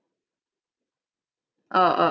uh uh